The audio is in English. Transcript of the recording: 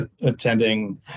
attending